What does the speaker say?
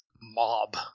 mob